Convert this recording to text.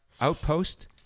outpost